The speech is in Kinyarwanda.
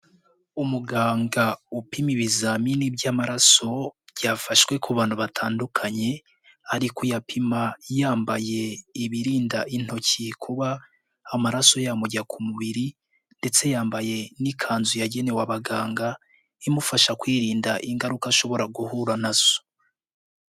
Umuganga upima ibizamini by'amaraso byafashwe ku bantu batandukanye, ari kuyapima yambaye ibirinda intoki kuba amaraso yamujya ku mubiri ndetse yambaye n'ikanzu yagenewe abaganga, imufasha kwirinda ingaruka ashobora guhura nazo.